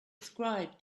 described